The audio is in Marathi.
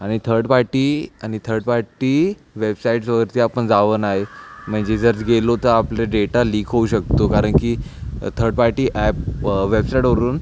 आणि थर्ड पार्टी आणि थर्ड पार्टी वेबसाईटस वरती आपण जावं नाही म्हणजे जर गेलो तर आपले डेटा लिक होऊ शकतो कारण की थर्ड पार्टी ॲप वेबसाइटवरून